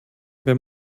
wenn